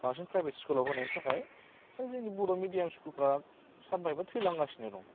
बांसिन प्राइभेट स्कुलाव होनायनि थाखाय मानि जोंनि बर' मिडियाम स्कुलफ्रा सानफा एफा थैलांगासिनो दं